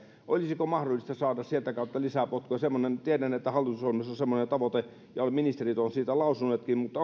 olisiko mahdollista saada sieltä kautta lisää potkua sen tiedän että hallitusohjelmassa on semmoinen tavoite ja ministerit ovat siitä lausuneetkin mutta